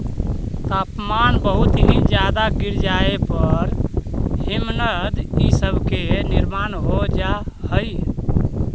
तापमान बहुत ही ज्यादा गिर जाए पर हिमनद इ सब के निर्माण हो जा हई